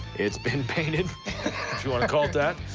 it's been painted, if you want to call it that.